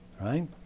right